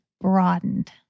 broadened